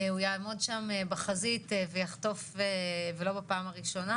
הוא יעמוד שם בחזית ויחטוף ולא בפעם הראשונה,